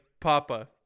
Papa